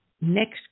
next